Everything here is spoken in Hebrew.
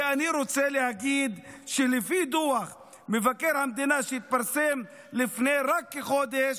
ואני רוצה להגיד שלפי דוח מבקר המדינה שהתפרסם לפני רק כחודש,